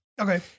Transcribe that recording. Okay